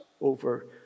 over